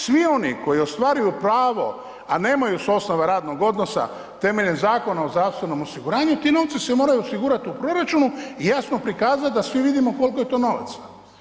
Svi oni koji ostvaruju pravo, a nemaju s osnova radnog odnosa temeljem Zakona o zdravstvenom osiguranju ti novci se moraju osigurati u proračunu i jasno prikazati da svi vidimo koliko je to novaca.